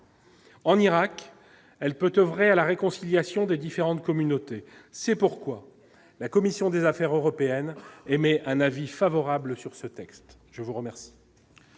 En Irak, elle peut oeuvrer à la réconciliation des différentes communautés, c'est pourquoi la commission des Affaires européennes, émet un avis favorable sur ce texte, je vous remercie.